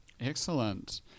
excellent